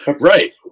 Right